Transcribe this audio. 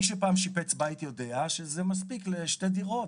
מי שפעם שיפץ בית יודע שזה מספיק לשתי דירות.